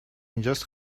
اینجاس